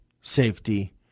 safety